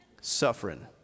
Suffering